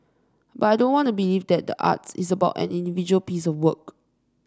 but I don't want to believe that the arts is about an individual piece of work